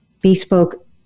bespoke